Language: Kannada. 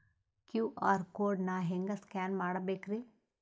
ಕ್ಯೂ.ಆರ್ ಕೋಡ್ ನಾ ಹೆಂಗ ಸ್ಕ್ಯಾನ್ ಮಾಡಬೇಕ್ರಿ?